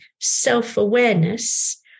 self-awareness